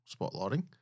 spotlighting